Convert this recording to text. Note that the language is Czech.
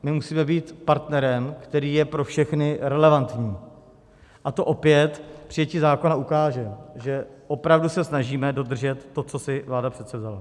My musíme být partnerem, který je pro všechny relevantní, a to opět přijetí zákona ukáže, že se opravdu snažíme dodržet to, co si vláda předsevzala.